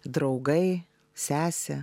draugai sesė